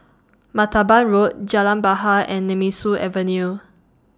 Martaban Road Jalan Bahar and Nemesu Avenue